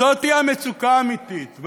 זאת המצוקה האמיתית.